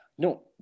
No